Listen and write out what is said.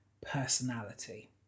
personality